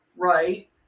Right